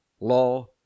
law